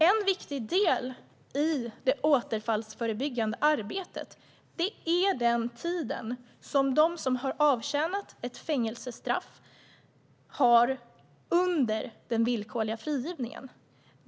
En viktig del i det återfallsförebyggande arbetet är den tid som de som har avtjänat ett fängelsestraff har under den villkorliga frigivningen.